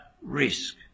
risk